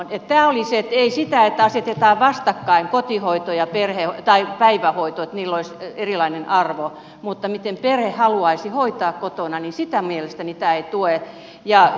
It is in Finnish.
ja tämä oli se että ei niin että asetetaan vastakkain kotihoito ja päivähoito että niillä olisi erilainen arvo mutta sitä että perhe haluaisi hoitaa kotona mielestäni tämä ei tue